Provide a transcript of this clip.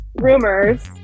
rumors